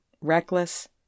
reckless